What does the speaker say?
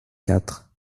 quatre